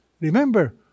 Remember